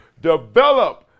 develop